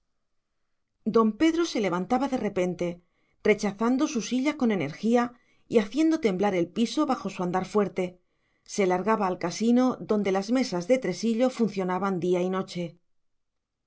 don pedro se levantaba de repente rechazando su silla con energía y haciendo temblar el piso bajo su andar fuerte se largaba al casino donde las mesas de tresillo funcionaban día y noche